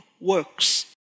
works